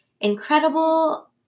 incredible